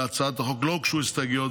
להצעת החוק לא הוגשו הסתייגויות,